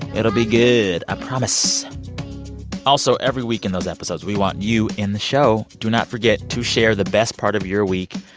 it'll be good. i promise also, every week in those episodes we want you in the show. do not forget to share the best part of your week.